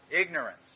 ignorance